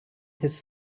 his